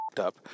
up